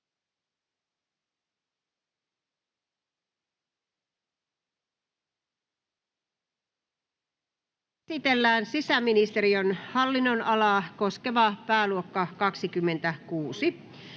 viestintäministeriön hallin-nonalaa koskeva pääluokka 31.